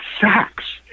sacks